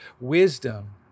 wisdom